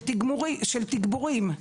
של תגבורים,